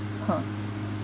!huh!